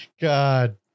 God